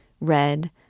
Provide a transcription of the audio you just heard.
red